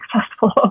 successful